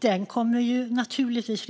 Den kommer regeringen naturligtvis